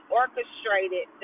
orchestrated